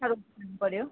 पर्यो